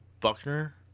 Buckner